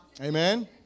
Amen